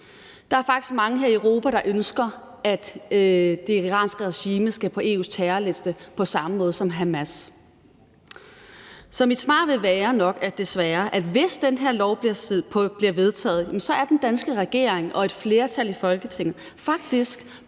Der er faktisk mange her i Europa, der ønsker, at det iranske regime skal på EU's terrorliste på samme måde som Hamas. Så mit svar vil desværre nok være, at hvis den her lov bliver vedtaget, er den danske regering og et flertal i Folketinget faktisk